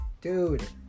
Dude